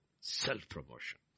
self-promotion